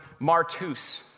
martus